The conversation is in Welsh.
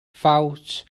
ffawt